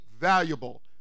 valuable